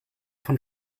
von